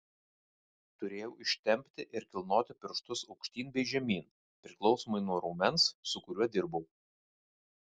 turėjau ištempti ir kilnoti pirštus aukštyn bei žemyn priklausomai nuo raumens su kuriuo dirbau